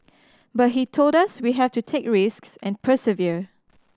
but he told us we have to take risks and persevere